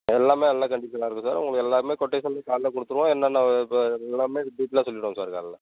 எல்லாமே நல்ல கண்டீஷனில் இருக்கும் சார் உங்களுக்கு எல்லாமே கொட்டேஷன் காலையில் கொடுத்துருவோம் என்ன என்ன இப்போ எல்லாமே டீடெயெல்லாம் சொல்லிவிடுவோம் சார் காலையில்